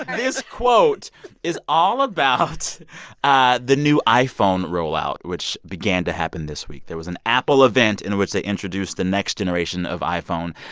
this quote is all about ah the new iphone rollout, which began to happen this week. there was an apple event in which they introduced the next generation of iphone.